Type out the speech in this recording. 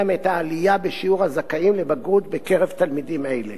את העלייה בשיעור הזכאים לבגרות בקרב תלמידים אלה.